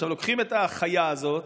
עכשיו לוקחים את החיה הזאת